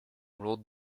rolled